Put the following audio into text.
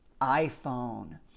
iPhone